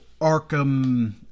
Arkham